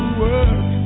work